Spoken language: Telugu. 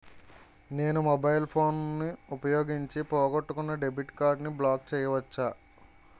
నేను మొబైల్ ఫోన్ ఉపయోగించి పోగొట్టుకున్న డెబిట్ కార్డ్ని బ్లాక్ చేయవచ్చా?